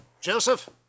Joseph